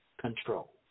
control